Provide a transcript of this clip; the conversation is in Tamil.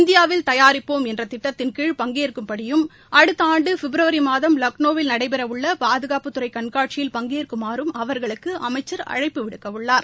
இந்தியாவில் தயாரிப்போம் என்ற திட்டத்தின்கீழ் பங்கேற்கும்படியும் அடுத்த ஆண்டு பிப்ரவரி மாதம் லக்னோவில் நடைபெறவுள்ள பாதுகாப்புத்துறை கண்காட்சியில் பங்கேற்குமாறும் அவர்களுக்கு அமைச்சர் அழைப்பு விடுக்க உள்ளார்